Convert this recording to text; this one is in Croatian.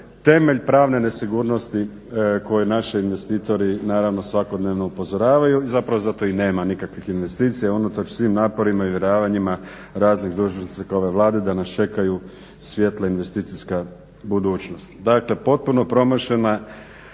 temelj pravne nesigurnosti koje naši investitori naravno svakodnevno upozoravaju. Zapravo, zato i nema nikakvih investicija unatoč svim naporima i uvjeravanjima raznih dužnosnica ove Vlade da nas čekaju svjetla i investicijska budućnost. Dakle, potpuno promašena